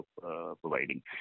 providing